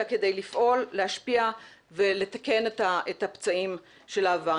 אלא כדי לפעול ולהשפיע ולתקן את הפצעים של העבר.